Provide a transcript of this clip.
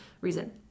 reason